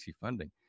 funding